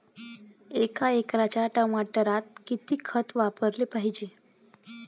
एका एकराच्या टमाटरात किती खत वापराले पायजे?